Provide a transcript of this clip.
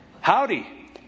howdy